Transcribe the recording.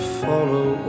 follow